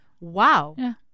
wow